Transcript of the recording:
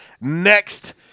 next